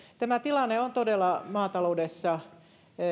tämä tilanne on todella maataloudessa